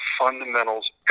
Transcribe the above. fundamentals